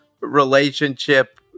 relationship